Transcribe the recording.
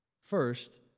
First